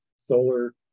solar